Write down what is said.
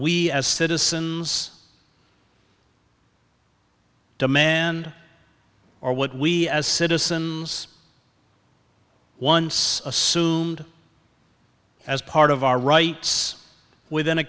we as citizens demand or what we as citizens once assumed as part of our rights within a